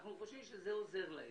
אנחנו חושבים שזה עוזר להם.